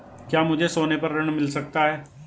क्या मुझे सोने पर ऋण मिल सकता है?